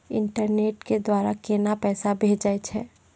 Internet के द्वारा केना पैसा भेजय छै?